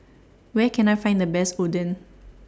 Where Can I Find The Best Oden